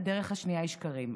הדרך השנייה היא שקרים.